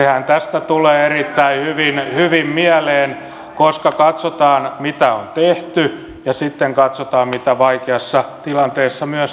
sehän tästä tulee erittäin hyvin mieleen kun katsotaan mitä on tehty ja sitten katsotaan mitä vaikeassa tilanteessa myös tehdään